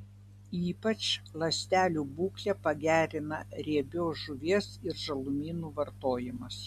ypač ląstelių būklę pagerina riebios žuvies ir žalumynų vartojimas